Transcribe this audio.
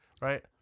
right